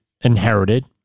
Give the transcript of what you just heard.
inherited